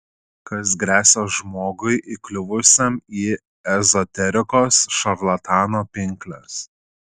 kas gresia žmogui įkliuvusiam į ezoterikos šarlatano pinkles